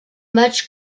match